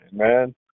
Amen